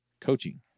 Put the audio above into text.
coaching